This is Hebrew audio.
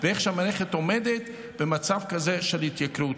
ואיך שהמערכת עומדת במצב כזה של התייקרות.